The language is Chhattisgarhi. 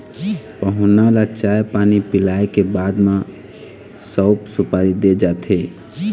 पहुना ल चाय पानी पिलाए के बाद म सउफ, सुपारी दे जाथे